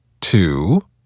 two